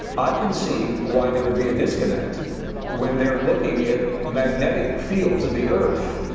i can see why there would be a disconnect when they're looking at magnetic fields of the earth,